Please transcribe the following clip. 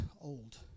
old